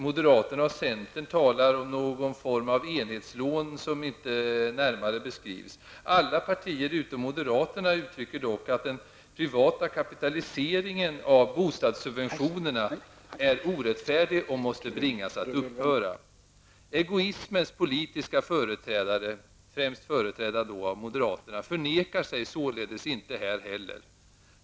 Moderaterna och centern talar om någon form av enhetslån som inte närmare beskrivs. Alla partier utom moderaterna uttrycker dock uppfattningen att den privata kapitaliseringen av bostadssubventionerna är orättfärdig och måste bringas att upphöra. Egoismens politiska företrädare -- främst bland moderaterna -- förnekar sig således inte här heller.